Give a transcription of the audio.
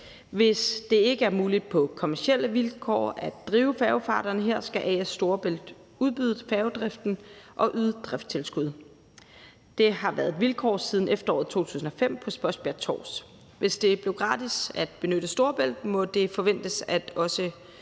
Hvis det ikke er muligt på kommercielle vilkår at drive færgefarterne her, skal A/S Storebælt udbyde færgedriften og yde driftstilskud. Det har været vilkårene siden efteråret 2005 på Spodsbjerg-Tårs. Hvis det blev gratis at benytte Storebælt, må det også forventes, at